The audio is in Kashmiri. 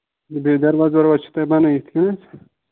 بیٚیہِ دروازٕ وروازٕ چھِو تۄہہِ بَنٲوِتھ